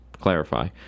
clarify